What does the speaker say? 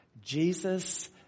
Jesus